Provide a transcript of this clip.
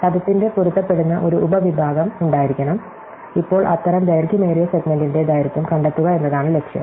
പദത്തിന്റെ പൊരുത്തപ്പെടുന്ന ഒരു ഉപവിഭാഗം ഉണ്ടായിരിക്കണം ഇപ്പോൾ അത്തരം ദൈർഘ്യമേറിയ സെഗ്മെന്റിന്റെ ദൈർഘ്യം കണ്ടെത്തുക എന്നതാണ് ലക്ഷ്യം